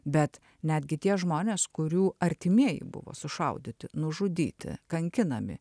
bet netgi tie žmonės kurių artimieji buvo sušaudyti nužudyti kankinami